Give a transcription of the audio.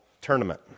Tournament